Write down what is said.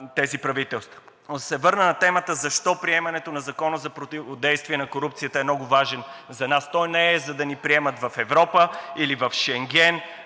тези правителства. Но ще се върна на темата защо приемането на Закона за противодействие на корупцията е много важен за нас. Той не е, за да ни приемат в Европа или в Шенген,